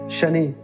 Shani